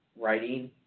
writing